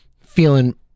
feeling